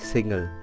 Single